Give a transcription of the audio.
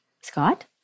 Scott